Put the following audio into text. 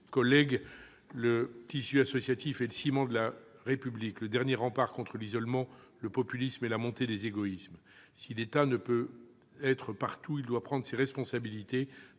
collègues, le tissu associatif est le ciment de la République, le dernier rempart contre l'isolement, le populisme et la montée des égoïsmes. Si l'État ne peut être partout, il doit cependant prendre ses responsabilités